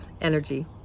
energy